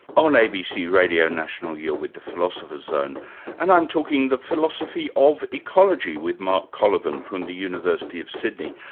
on abc radio national you're with the philosopher's zone and i'm talking the philosophy of ecology with mark colyvan from the university of sydney.